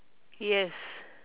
yes